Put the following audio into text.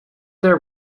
there